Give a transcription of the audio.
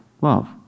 Love